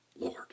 Lord